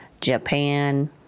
Japan